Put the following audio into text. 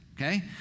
okay